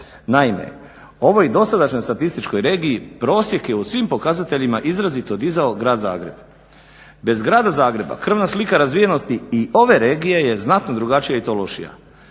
Naime, ovoj dosadašnjoj statističkoj regiji prosjek je u svim pokazateljima izrazito dizao grad Zagreba. Bez grada Zagreba krvna slika razvijenosti i ove regije je znatno drugačija i to lošija.